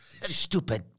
Stupid